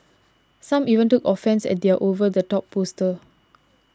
some even took offence at their over the top poster